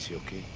ok?